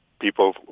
People